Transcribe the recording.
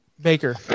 Baker